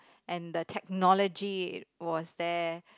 and the technology was there